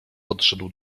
podszedł